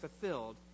fulfilled